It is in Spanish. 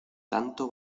tanto